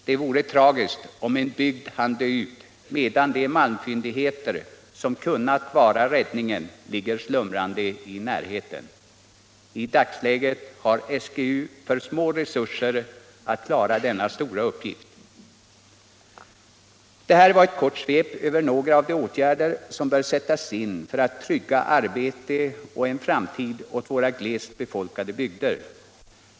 Det vore tragiskt om en bygd hann dö ut, medan de malmfyndigheter som kunnat vara räddningen ligger slumrande i närheten. I dagsläget har SGU för små resurser att klara denna stora uppgift. Detta var ett kort svep över några av de åtgärder som bör sättas in för att trygga arbete och en framtid åt våra glest befolkade bygder.